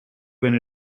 when